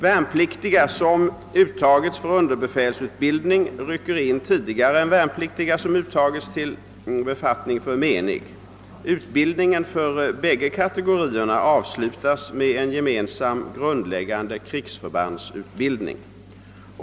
Värnpliktiga, som uttagits för underbefälsutbildning rycker in tidigare än värnpliktiga som uttagits till befattning som menig. Utbildningen för bägge kategorierna avslutas med en gemensam grundläggande krigsförbandsutbildning.